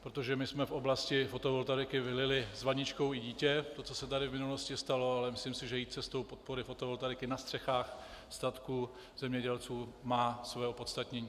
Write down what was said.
Protože my jsme v oblasti fotovoltaiky vylili s vaničkou i dítě, to, co se tady v minulosti stalo, ale myslím si, že jít cestou podpory fotovoltaiky na střechách statků zemědělců má své opodstatnění.